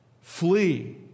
Flee